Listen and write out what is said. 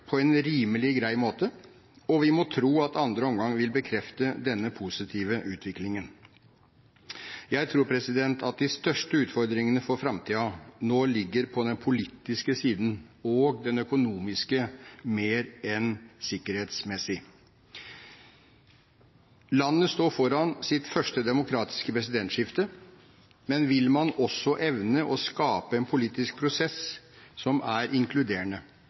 på en rimelig grei måte, og vi må tro at andre omgang vil bekrefte denne positive utviklingen. Jeg tror at de største utfordringene for framtiden nå ligger på den politiske og den økonomiske siden mer enn på den sikkerhetsmessige. Landet står foran sitt første demokratiske presidentskifte. Men vil man evne å skape en politisk prosess som er inkluderende,